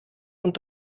und